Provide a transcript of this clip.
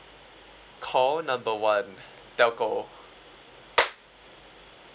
call number one telco